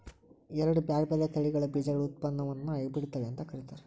ಎರಡ್ ಬ್ಯಾರ್ಬ್ಯಾರೇ ತಳಿಗಳ ಬೇಜಗಳ ಉತ್ಪನ್ನವನ್ನ ಹೈಬ್ರಿಡ್ ತಳಿ ಅಂತ ಕರೇತಾರ